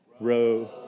row